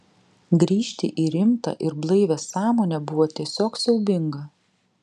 grįžti į rimtą ir blaivią sąmonę buvo tiesiog siaubinga